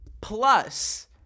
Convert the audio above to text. plus—